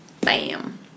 bam